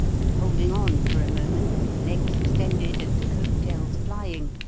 and holding on for a moment with legs extended and coat-tails flying,